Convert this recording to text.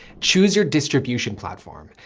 choose your distribution platform.